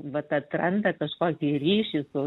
vat atranda kažkokį ryšį su